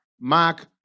mark